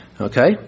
Okay